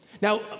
Now